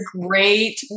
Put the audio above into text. great